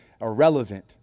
irrelevant